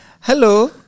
Hello